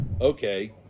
Okay